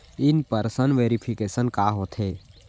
In person verification का होथे?